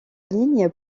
ligne